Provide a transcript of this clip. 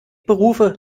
berufe